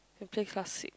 can play classic